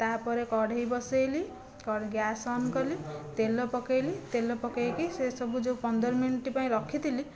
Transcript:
ତାପରେ କଢ଼େଇ ବସେଇଲି ଗ୍ୟାସ୍ ଅନ୍ କଲି ତେଲ ପକେଇଲି ତେଲ ପକେଇକି ସେ ସବୁ ଯେଉଁ ପନ୍ଦର ମିନିଟ ପାଇଁ ରଖିଥିଲି